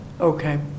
Okay